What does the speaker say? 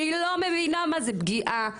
שהיא לא מבינה מה זה פגיעה בגזענות,